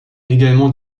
également